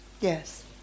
Yes